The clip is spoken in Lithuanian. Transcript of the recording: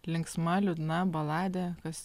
linksma liūdna baladė kas